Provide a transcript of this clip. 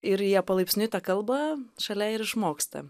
ir jie palaipsniui tą kalbą šalia ir išmoksta